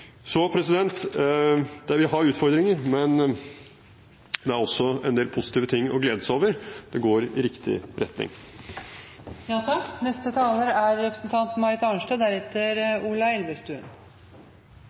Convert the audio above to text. Så vi har utfordringer, men det er også en del positive ting å glede seg over. Det går i riktig retning. Jeg vil også takke interpellanten for å ta opp temaet. Det er